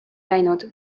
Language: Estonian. läinud